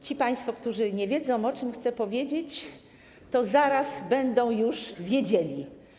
Ci państwo, którzy nie wiedzą, o czym chcę powiedzieć, zaraz będą wiedzieli.